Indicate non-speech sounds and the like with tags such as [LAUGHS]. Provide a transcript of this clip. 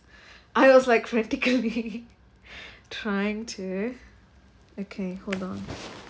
I was like critically [LAUGHS] trying to okay hold on